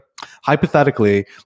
hypothetically